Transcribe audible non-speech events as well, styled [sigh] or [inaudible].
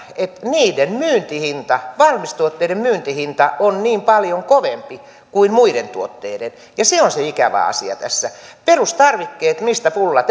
myyntihinta valmistuotteiden myyntihinta on niin paljon kovempi kuin muiden tuotteiden se on se ikävä asia tässä perustarvikkeet mistä pulla [unintelligible]